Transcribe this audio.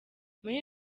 muri